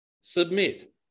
Submit